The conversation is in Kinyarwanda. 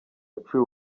aciwe